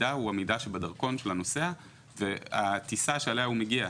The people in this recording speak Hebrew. המידע שבדרכון של הנוסע ובטיסה שעליה הוא מגיע.